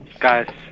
Guys